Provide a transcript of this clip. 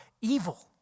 evil